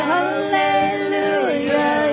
Hallelujah